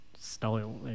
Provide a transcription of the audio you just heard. style